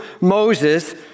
Moses